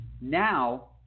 Now